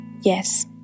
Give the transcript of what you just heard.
Yes